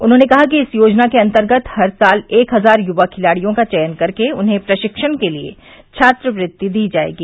उन्होंने कहा कि इस योजना के अंतर्गत हर साल एक हजार युवा खिलाडियों का चयन कर के उन्हें प्रशिक्षण के लिए छात्रवृत्ति दी जाएगी